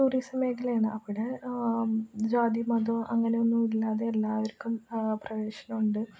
tourist മേഖലയാണ് അവിടെ ജാതി മതം അങ്ങനെയൊന്നുമില്ലാതെ എല്ലാവർക്കും പ്രവേശനമുണ്ട്